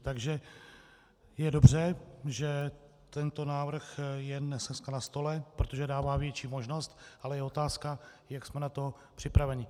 Takže je dobře, že tento návrh je dneska na stole, protože dává větší možnost, ale je otázka, jak jsme na to připraveni.